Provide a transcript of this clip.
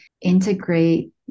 integrate